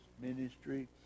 ministry